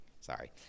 Sorry